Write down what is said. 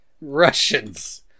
Russians